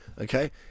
Okay